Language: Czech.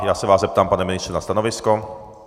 Já se vás zeptám, pane ministře, na stanovisko.